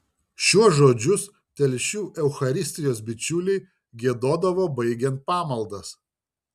šiuos žodžius telšių eucharistijos bičiuliai giedodavo baigiant pamaldas